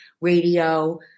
radio